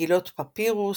מגילות פפירוס,